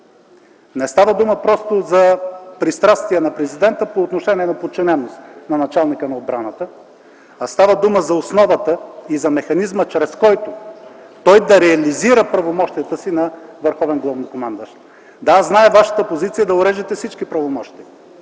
Не става дума просто за пристрастие на президента по отношение на подчинен на началника на отбраната, а става дума за основата и за механизма, чрез който той да реализира правомощията си на върховен главнокомандващ. Да, знам Вашата позиция да орежете всички правомощия.